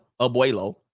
abuelo